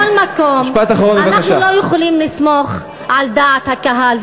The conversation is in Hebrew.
בכל מקום אנחנו לא יכולים לסמוך על דעת הקהל,